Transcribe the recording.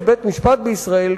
יש בית-משפט בישראל,